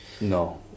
No